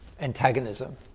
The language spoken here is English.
antagonism